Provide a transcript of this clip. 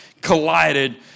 collided